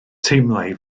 teimlai